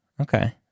okay